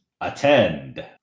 attend